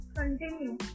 Continue